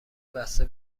بسته